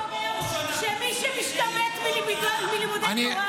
למה אתה לא אומר שמי שמשתמט מלימודי תורה,